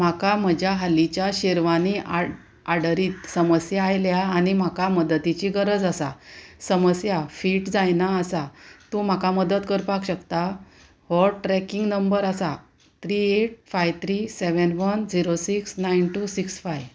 म्हाका म्हज्या हालींच्या शेरवांनी आड आडरींत समस्या आयल्या आनी म्हाका मदतीची गरज आसा समस्या फीट जायना आसा तूं म्हाका मदत करपाक शकता हो ट्रॅकिंग नंबर आसा three eight five three seven one zero six nine two six five